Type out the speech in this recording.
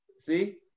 See